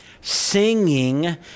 singing